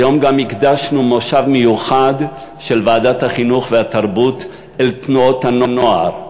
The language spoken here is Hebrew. היום גם הקדשנו מושב מיוחד של ועדת החינוך והתרבות לתנועות הנוער.